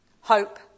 hope